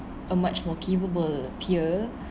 a much more capable peer